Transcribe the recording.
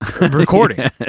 recording